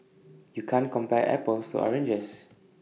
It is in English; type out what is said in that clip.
you can't compare apples to oranges